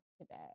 today